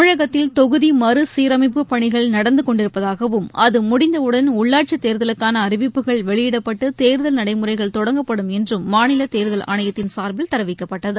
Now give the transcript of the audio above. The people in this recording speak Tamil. தமிழகத்தில் தொகுதி மறுசீரமைப்பு பணிகள் நடந்து கொண்டிருப்பதாகவும் அது முடிந்தவுடன் உள்ளாட்சி தேர்தலுக்கான அறிவிப்புகள் வெளியிடப்பட்டு தேர்தல் நடைமுறைகள் தொடங்கப்படும் என்றும் மாநில தேர்தல் ஆணையத்தின் சார்பில் தெரிவிக்கப்பட்டது